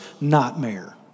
nightmare